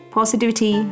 Positivity